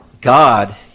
God